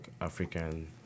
African